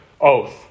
oath